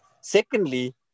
secondly